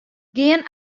gean